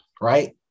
Right